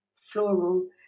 floral